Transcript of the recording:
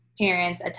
parents